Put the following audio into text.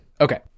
Okay